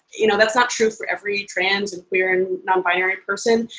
you know that's not true for every trans and queer and non-binary person.